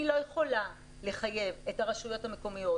אני לא יכולה לחייב את הרשויות המקומיות